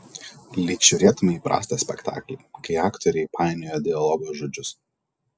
lyg žiūrėtumei prastą spektaklį kai aktoriai painioja dialogo žodžius